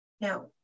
Now